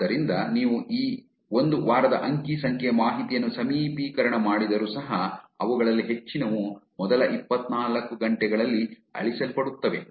ಆದ್ದರಿಂದ ನೀವು ಈ ಒಂದು ವಾರದ ಅಂಕಿ ಸಂಖ್ಯೆ ಮಾಹಿತಿಯನ್ನು ಸಮೀಪೀಕರಣ ಮಾಡಿದರೂ ಸಹ ಅವುಗಳಲ್ಲಿ ಹೆಚ್ಚಿನವು ಮೊದಲ ಇಪ್ಪತ್ನಾಲ್ಕು ಗಂಟೆಗಳಲ್ಲಿ ಅಳಿಸಲ್ಪಡುತ್ತವೆ